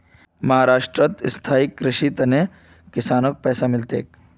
महाराष्ट्रत स्थायी कृषिर त न किसानक पैसा मिल तेक